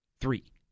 three